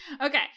okay